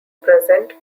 present